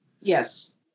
Yes